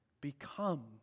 become